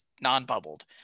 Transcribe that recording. non-bubbled